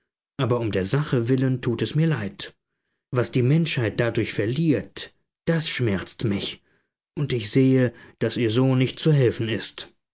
aber um der sache willen tut es mir leid was die menschheit dadurch verliert das schmerzt mich und ich sehe daß ihr so nicht zu helfen ist